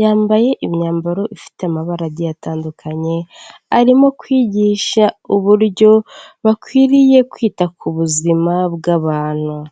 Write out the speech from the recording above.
yambaye imyambaro ifite amabara agiye atandukanye arimo kwigisha uburyo bakwiriye kwita ku buzima bw'abantu.